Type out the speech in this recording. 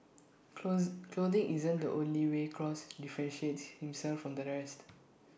close clothing isn't the only way cross differentiates himself from the rest